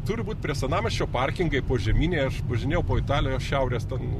turi būt prie senamiesčio parkingai požeminiai aš važinėjau po italiją šiaurės ten